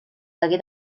hagué